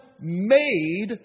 made